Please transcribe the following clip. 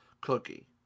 Cookie